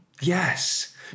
Yes